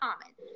common